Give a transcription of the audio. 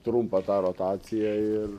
trumpą tą rotaciją ir